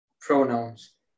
pronouns